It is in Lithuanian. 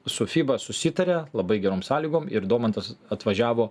su fiba susitaria labai gerom sąlygom ir domantas atvažiavo